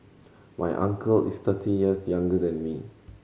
my uncle is thirty years younger than me